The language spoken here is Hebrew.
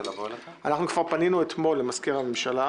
אנחנו כבר פנינו אתמול למזכיר הממשלה